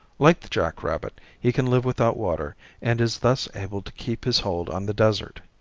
like the jack-rabbit he can live without water and is thus able to keep his hold on the desert.